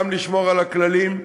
גם לשמור על הכללים.